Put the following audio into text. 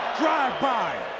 drive by,